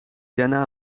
daarna